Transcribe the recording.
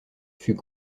fut